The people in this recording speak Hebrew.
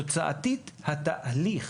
תוצאתית, התהליך